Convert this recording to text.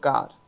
God